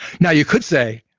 now, you could say,